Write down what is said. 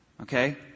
okay